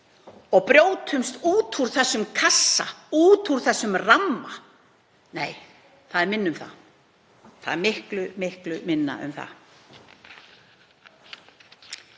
og brjótumst út úr þessum kassa, þessum ramma — nei, það er minna um það. Það er miklu minna um það.